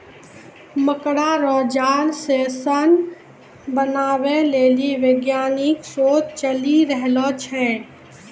मकड़ा रो जाल से सन बनाबै लेली वैज्ञानिक शोध चली रहलो छै